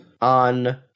On